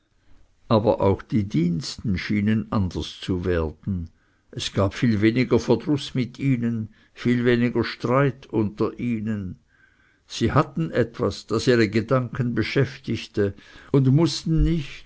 aber auch die diensten schienen anders zu werden es gab viel weniger verdruß mit ihnen viel weniger streit unter ihnen sie hatten etwas das ihre gedanken beschäftigte und mußten nicht